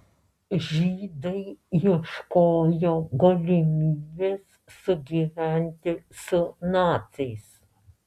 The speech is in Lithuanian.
žydai ieškojo galimybės sugyventi su naciais